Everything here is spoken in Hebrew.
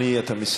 אתה לא יכול,